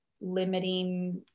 limiting